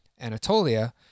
anatolia